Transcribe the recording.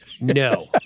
No